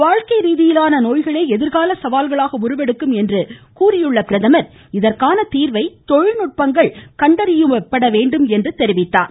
வாழ்க்கை ரீதியிலான நோய்களே எதிர்கால சவால்களாக உருவெடுக்கும் என்று கூறிய அவர் இதற்கான தீர்வை தொழில்நுட்பங்கள் கண்டறியப்பட வேண்டும் என்றும் தெரிவித்தார்